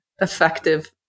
effective